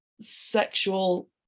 sexual